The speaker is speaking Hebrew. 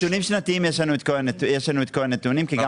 יש לנו את כל הנתונים השנתיים כי גם